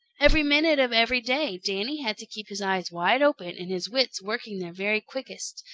every minute of every day danny had to keep his eyes wide open and his wits working their very quickest,